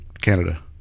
Canada